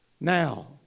Now